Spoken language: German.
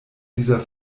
dieser